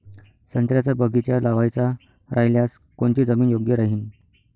संत्र्याचा बगीचा लावायचा रायल्यास कोनची जमीन योग्य राहीन?